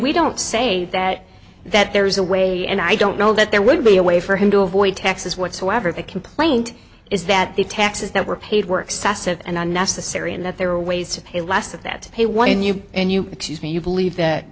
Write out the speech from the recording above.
we don't say that that there is a way and i don't know that there would be a way for him to avoid taxes whatsoever the complaint is that the taxes that were paid work sas and unnecessary and that there are ways to pay last of that pay why don't you and you excuse me you believe that